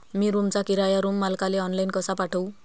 मी रूमचा किराया रूम मालकाले ऑनलाईन कसा पाठवू?